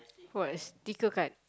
what's sticker card